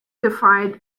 defined